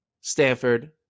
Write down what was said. Stanford